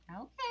Okay